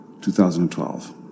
2012